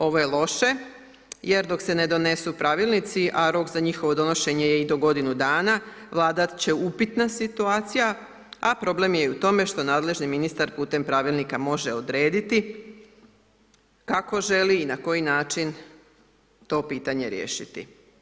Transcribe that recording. Ovo je loše jer dok se ne donesu pravilnici, a rok za njihovo donošenje je i do godinu dana, vladat će upitna situacija, a problem je i u tome što nadležni ministar putem pravilnika može odrediti kako želi i na koji način to pitanje riješiti.